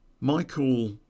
Michael